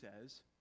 says